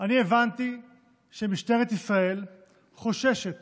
אני הבנתי שמשטרת ישראל חוששת